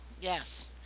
yes